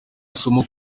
isomo